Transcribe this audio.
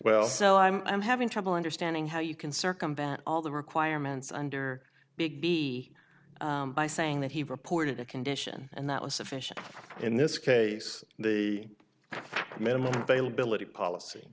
well so i'm i'm having trouble understanding how you can circumvent all the requirements under big b by saying that he reported a condition and that was sufficient in this case the minimum bail billeted policy